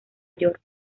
york